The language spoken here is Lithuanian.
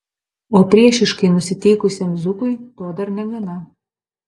o priešiškai nusiteikusiam zukui to dar negana